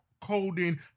coding